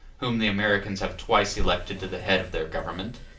whom the americans have twice elected to the head of their government,